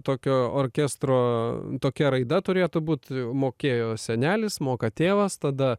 tokio orkestro tokia raida turėtų būt mokėjo senelis moka tėvas tada